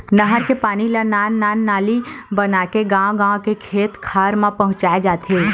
नहर के पानी ल नान नान नाली बनाके गाँव गाँव के खेत खार म पहुंचाए जाथे